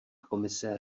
komise